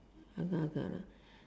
agak agak lah